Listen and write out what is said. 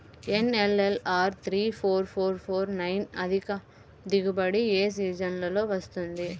NLR three four four four nine అధిక దిగుబడి ఏ సీజన్లలో వస్తుంది?